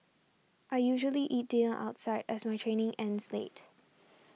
I usually eat dinner outside as my training ends late